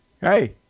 Hey